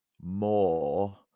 more